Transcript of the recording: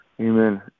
Amen